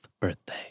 birthday